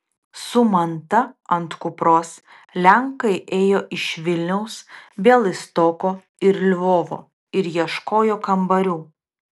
su manta ant kupros lenkai ėjo iš vilniaus bialystoko ir lvovo ir ieškojo kambarių